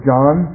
John